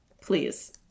please